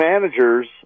managers